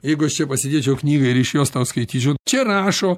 jeigu aš čia pasidėčiau knygą ir iš jos tau skaityčiau čia rašo